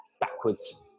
backwards